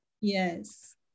yes